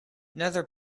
nether